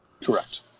Correct